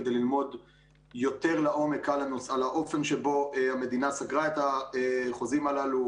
כדי ללמוד יותר לעומק על האופן שבו המדינה סגרה את החוזים הללו,